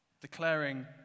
declaring